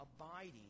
abiding